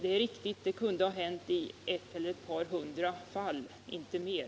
Det är riktigt; det kunde ha hänt i kanske ett par hundra fall — inte mer.